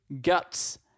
Guts